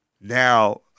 now